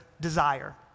desire